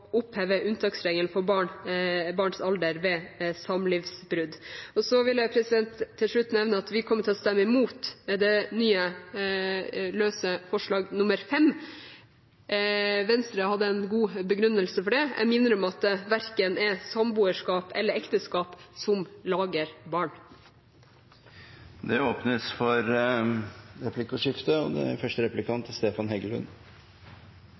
oppheve unntaksregelen for barns alder ved samlivsbrudd. Så vil jeg til slutt nevne at vi kommer til å stemme imot det nye omdelte forslaget, forslag nr. 5. Venstre hadde en god begrunnelse for det. Jeg må innrømme at det er verken samboerskap eller ekteskap som lager barn. Det blir replikkordskifte. Jeg vil si hjertelig takk for gode ord om sakordførerskapet, og